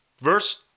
verse